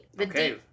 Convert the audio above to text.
okay